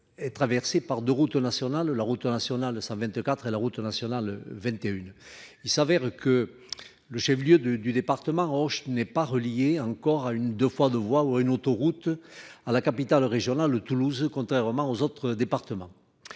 Est traversée par 2 routes nationales. La route nationale 124 et la route nationale 21. Il s'avère que le Chef-lieu de du département. Oh, je n'ai pas relié encore à une 2 fois 2 voies ou une autoroute à la capitale régionale. Toulouse, contrairement aux autres départements.